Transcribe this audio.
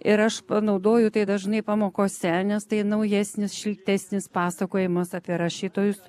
ir aš naudoju tai dažnai pamokose nes tai naujesnis šiltesnis pasakojimas apie rašytojus